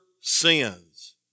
sins